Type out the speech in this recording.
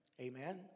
Amen